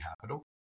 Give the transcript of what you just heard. capital